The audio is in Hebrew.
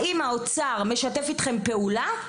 האם האוצר משתף פעולה?